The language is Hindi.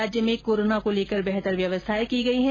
राज्य में कोरोना को लेकर बेहतर व्यवस्थाएं की गई हैं